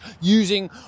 using